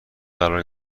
قرار